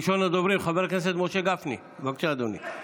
ראשון הדוברים, חבר הכנסת משה גפני, בבקשה, אדוני.